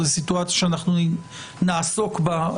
זו סיטואציה שאנחנו נעסוק בה,